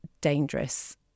dangerous